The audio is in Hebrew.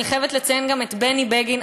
אני חייבת לציין את חבר הכנסת בני בגין,